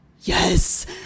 yes